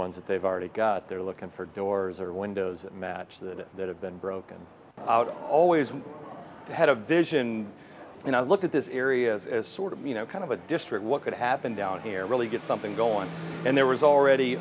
ones that they've already got they're looking for doors or windows that match that that have been broken out always had a vision and i look at this area as sort of you know kind of a district what could happen down here really get something going and there was